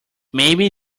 maybe